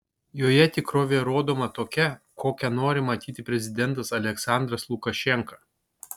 joje tikrovė rodoma tokia kokią nori matyti prezidentas aliaksandras lukašenka